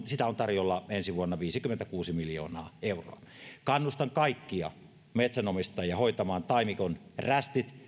sitä on tarjolla ensi vuonna viisikymmentäkuusi miljoonaa euroa kannustan kaikkia metsänomistajia hoitamaan taimikon rästit